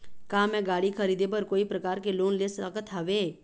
का मैं गाड़ी खरीदे बर कोई प्रकार के लोन ले सकत हावे?